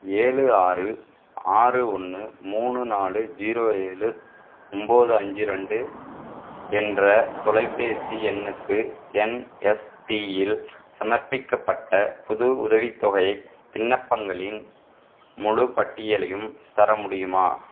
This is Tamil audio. ஏழு ஆறு ஆறு ஒன்று மூணு நாலு ஜீரோ ஏழு ஒன்போது அஞ்சு ரெண்டு என்ற தொலைபேசி எண்ணுக்கு என்எஸ்பியில் சமர்ப்பிக்கப்பட்ட புது உதவித்தொகை விண்ணப்பங்களின் முழுப் பட்டியலையும் தர முடியுமா